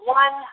one